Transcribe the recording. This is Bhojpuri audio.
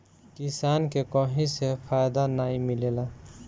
किसान के कहीं से फायदा नाइ मिलेला